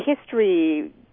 history